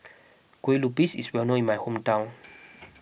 Kueh Lupis is well known in my hometown